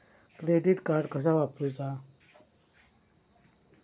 Credit card कसा वापरूचा?